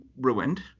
ruined